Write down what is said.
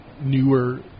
newer